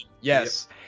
yes